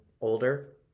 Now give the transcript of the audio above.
older